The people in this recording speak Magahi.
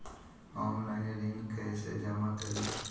ऑनलाइन ऋण कैसे जमा करी?